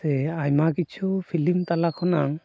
ᱥᱮ ᱟᱭᱢᱟ ᱠᱤᱪᱷᱩ ᱯᱷᱤᱞᱤᱢ ᱛᱟᱞᱟ ᱠᱷᱚᱱᱟᱝ